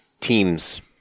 Teams